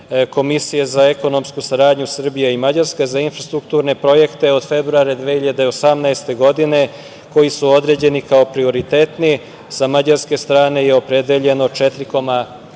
Komisija za ekonomsku saradnju Srbije i Mađarske, za infrastrukturne projekte od februara 2018. godine, koji su određeni kao prioritetni, sa mađarske strane je opredeljeno 1,2 miliona